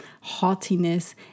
haughtiness